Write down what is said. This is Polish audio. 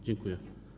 Dziękuję.